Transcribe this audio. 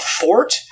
fort